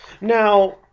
Now